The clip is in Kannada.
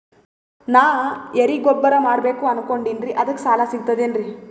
ನಾ ಎರಿಗೊಬ್ಬರ ಮಾಡಬೇಕು ಅನಕೊಂಡಿನ್ರಿ ಅದಕ ಸಾಲಾ ಸಿಗ್ತದೇನ್ರಿ?